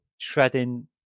treading